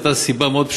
הייתה סיבה מאוד פשוטה: